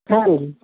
ਹਾਂਜੀ